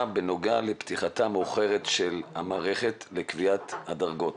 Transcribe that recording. בנוגע לפתיחתה המאוחרת של המערכת לקביעת הדרגות.